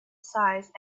size